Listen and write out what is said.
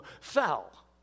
fell